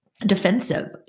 defensive